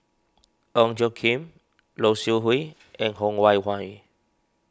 Ong Tjoe Kim Low Siew Nghee and Ho Wan Hui